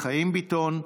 חיים ביטון,